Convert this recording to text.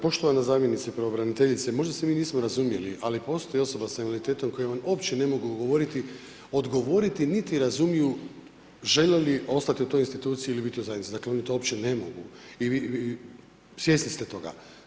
Poštovana zamjenice pravobraniteljice, možda se mi nismo razumjeli, ali postoji osoba sa invaliditetom koje vam uopće ne mogu odgovoriti, niti razumiju žele li ostati u toj instituciji ili toj zajednici, dakle oni to uopće ne mogu, svjesni ste toga.